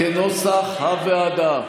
כנוסח הוועדה.